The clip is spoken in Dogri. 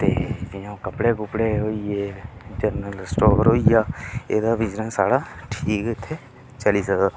ते जि'यां कपड़े कुपड़े होई गे जरनल स्टोर होई गेआ एह्दा बिजनेस ठीक इत्थै चली सकदा